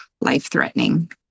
life-threatening